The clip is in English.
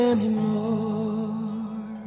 Anymore